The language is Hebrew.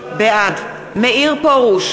בעד מאיר פרוש,